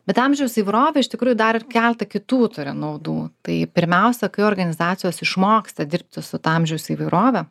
bet amžiaus įvairovė iš tikrųjų dar ir keltą kitų turi naudų tai pirmiausia kai organizacijos išmoksta dirbti su ta amžiaus įvairove